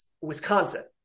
wisconsin